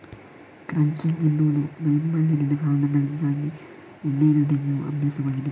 crutching ಎನ್ನುವುದು ನೈರ್ಮಲ್ಯದ ಕಾರಣಗಳಿಗಾಗಿ ಉಣ್ಣೆಯನ್ನು ತೆಗೆಯುವ ಅಭ್ಯಾಸವಾಗಿದೆ